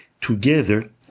Together